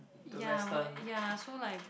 ya would I ya so like